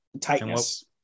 tightness